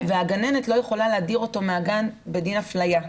והגננת לא יכולה להעביר אותו מהגן בגין אפליה.